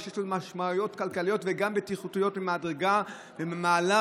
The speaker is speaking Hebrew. שיש לו משמעויות כלכליות וגם בטיחותיות ממעלה ראשונה.